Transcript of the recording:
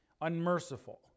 unmerciful